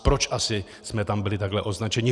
Proč asi jsme tam byli takhle označeni?